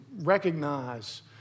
recognize